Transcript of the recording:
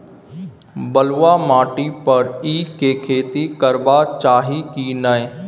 बलुआ माटी पर ईख के खेती करबा चाही की नय?